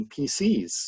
PCs